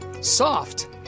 soft